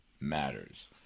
matters